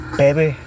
baby